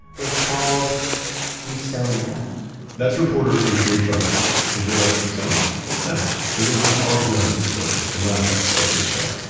was called usonia that's reporter avery trufelman, and if you're like, usonia, what's that? well, listen to part one of this story. that's the last episode of this show.